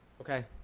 okay